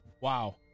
wow